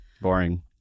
Boring